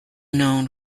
known